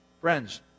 Friends